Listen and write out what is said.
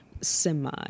semi